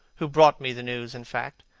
who brought me the news, in fact,